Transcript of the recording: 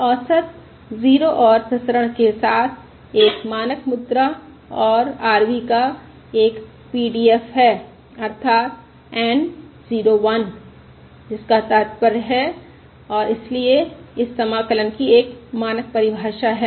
यह औसत 0 और प्रसरण 1 के साथ एक मानक मुद्रा और RV का एक PDF है अर्थात N 0 1 जिसका तात्पर्य है और इसलिए इस समाकलन की एक मानक परिभाषा है